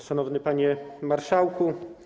Szanowny Panie Marszałku!